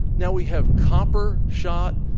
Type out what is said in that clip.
now we have copper shot,